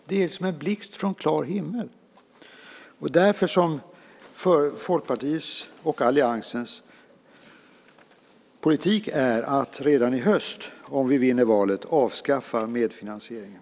Det är som en blixt från en klar himmel. Därför är Folkpartiets och alliansens politik att redan i höst, om vi vinner valet, avskaffa medfinansieringen.